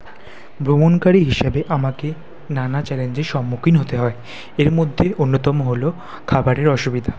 ভ্রমণকারী হিসেবে আমাকে নানা চ্যালেঞ্জের সম্মুখীন হতে হয় এর মধ্যে অন্যতম হলো খাবারের অসুবিধা